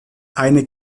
eine